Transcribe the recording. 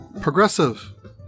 progressive